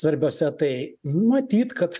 svarbiose tai matyt kad